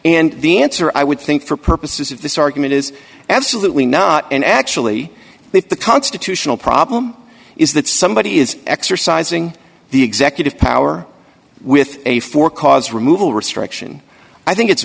and the answer i would think for purposes of this argument is absolutely not and actually that the constitutional problem is that somebody is exercising the executive power with a for cause removal restriction i think it's